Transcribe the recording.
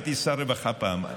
הייתי שר רווחה פעם.